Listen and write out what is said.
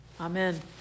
Amen